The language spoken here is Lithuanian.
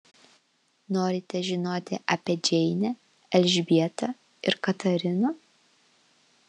norite žinoti apie džeinę elžbietą ir katariną